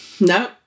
No